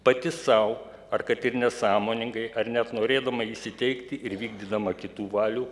pati sau ar kad ir nesąmoningai ar net norėdama įsiteikti ir vykdydama kitų valių